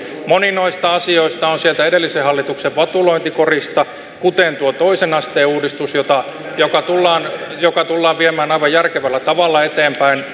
moni noista asioista on sieltä edellisen hallituksen vatulointikorista kuten tuo toisen asteen uudistus joka tullaan joka tullaan viemään aivan järkevällä tavalla eteenpäin